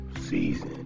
season